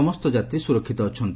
ସମସ୍ତ ଯାତ୍ରୀ ସୁରକ୍ଷିତ ଅଛନ୍ତି